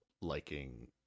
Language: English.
liking